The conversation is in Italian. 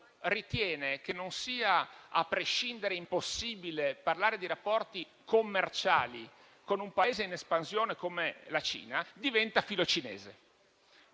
ritiene che non sia impossibile a prescindere parlare di rapporti commerciali con un Paese in espansione come la Cina diventa filo cinese.